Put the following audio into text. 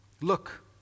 Look